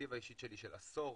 מהפרספקטיבה האישית שלי של עשור